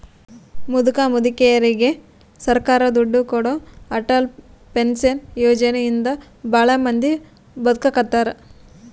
ಮುದುಕ ಮುದುಕೆರಿಗೆ ಸರ್ಕಾರ ದುಡ್ಡು ಕೊಡೋ ಅಟಲ್ ಪೆನ್ಶನ್ ಯೋಜನೆ ಇಂದ ಭಾಳ ಮಂದಿ ಬದುಕಾಕತ್ತಾರ